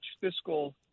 fiscal